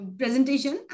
presentation